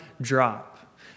drop